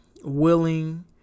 willing